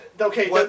okay